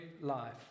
life